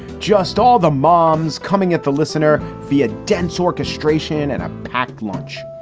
just all the moms coming at the listener via dense orchestration and a packed lunch.